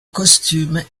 costume